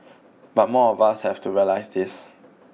but more of us have to realise this